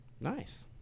Nice